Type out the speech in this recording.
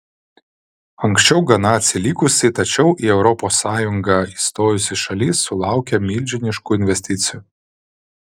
anksčiau gana atsilikusi tačiau į europos sąjungą įstojusi šalis sulaukia milžiniškų investicijų